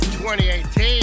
2018